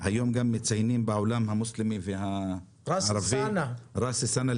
היום מציינים בעולם המוסלמי והערבי -- ראס אל-סנה.